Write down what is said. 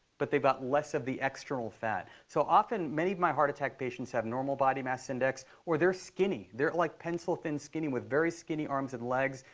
but they've got less of the external fat. so often, many of my heart attack patients have normal body mass index, or they're skinny. they're, like, pencil-thin skinny with very skinny arms and legs.